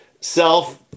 self